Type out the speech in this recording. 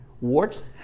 words